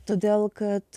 todėl kad